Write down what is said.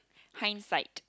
hindsight